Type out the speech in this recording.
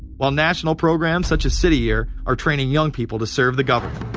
while national programs such as city year are training young people to serve the government.